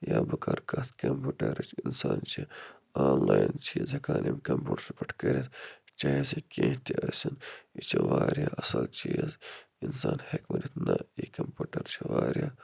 یا بہٕ کَرٕ کَتھ کمپیوٗٹرٕچ اِنسان چھِ آنلایَن چیٖز ہیٚکان اَمہِ کمپیوٗٹر پٮ۪ٹھ کٔرِتھ چاہیے سُہ کیٚنٛہہ تہِ ٲسِنۍ یہِ چھُ وارِیاہ اَصٕل چیٖز اِنسان ہیٚکہِ ؤنِتھ نَہ یہِ کمپیوٗٹر چھُ وارِیاہ